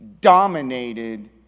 dominated